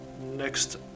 next